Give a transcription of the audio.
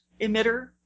emitter